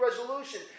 resolution